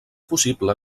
possible